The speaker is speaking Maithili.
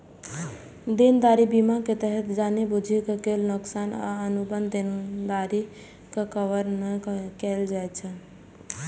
देनदारी बीमा के तहत जानि बूझि के कैल नोकसान आ अनुबंध देनदारी के कवर नै कैल जाइ छै